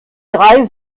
drei